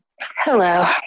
Hello